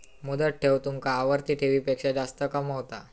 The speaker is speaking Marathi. मुदत ठेव तुमका आवर्ती ठेवीपेक्षा जास्त कमावता